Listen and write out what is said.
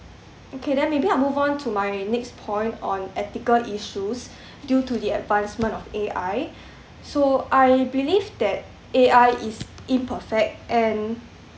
okay then maybe I'll move on to my next point on ethical issues due to the advancement of A_I so I believe that A_I is imperfect and